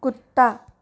कुत्ता